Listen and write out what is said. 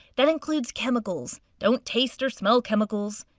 that includes chemicals. don't taste or smell chemicals.